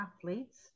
athletes